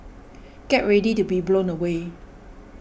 get ready to be blown away